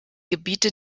gebiete